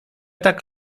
tak